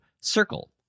circle